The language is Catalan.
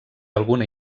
alguna